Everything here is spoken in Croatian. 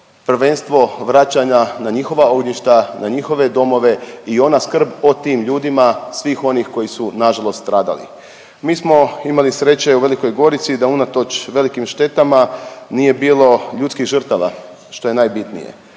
prvenstveno vraćanja na njihova ognjišta, na njihove domove i ona skrb o tim ljudima svih onih koji su nažalost stradali. Mi smo imali sreće u Velikoj Gorici da unatoč velikim štetama nije bilo ljudskih žrtava, što je najbitnije,